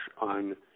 on